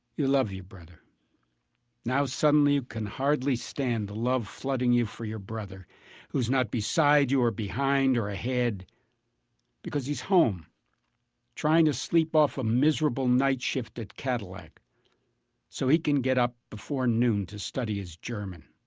you love your brother now suddenly you can hardly stand the love flooding you for your brother who's not beside you or behind or ahead because he's home trying to sleep off a miserable night shift at cadillac so he can get up before noon to study his german